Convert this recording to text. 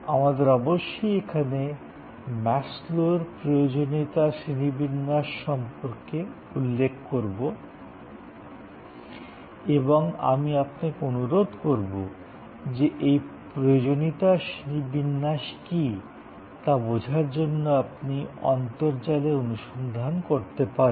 আমাদের অবশ্যই এখানে মাসলোর প্রয়োজনীয়তার শ্রেণিবিন্যাস সম্পর্কে উল্লেখ করতে হবে এবং আমি আপনাকে অনুরোধ করব যে এই প্রয়োজনীয়তার শ্রেণিবিন্যাস কী তা বোঝার জন্য আপনি অন্তর্জালে অনুসন্ধান করতে পারেন